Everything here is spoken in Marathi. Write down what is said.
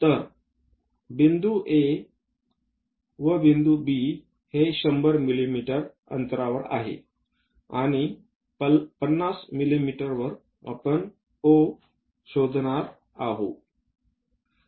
तर बिंदू A बिंदू B हे 100 मिमी आहे आणि 50 मिमी वर आपण O शोधणार आहोत